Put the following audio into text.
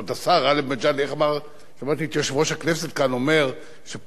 שמעתי את יושב-ראש הכנסת כאן אומר ש"פעם שר תמיד שר".